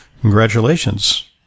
congratulations